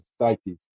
societies